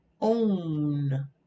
own